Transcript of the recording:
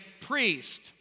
priest